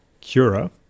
Cura